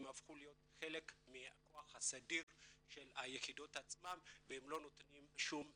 הפכו להיות חלק מהכוח הסדיר של היחידות עצמן והם לא נותנים שום מענה.